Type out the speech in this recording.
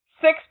Six